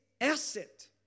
asset